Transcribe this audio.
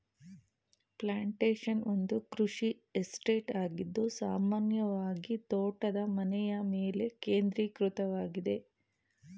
plantation ಒಂದು ಕೃಷಿ estate ಆಗಿದ್ದು ಸಾಮಾನ್ಯವಾಗಿತೋಟದ ಮನೆಯಮೇಲೆ ಕೇಂದ್ರೀಕೃತವಾಗಿದೆ